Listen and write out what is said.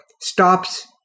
stops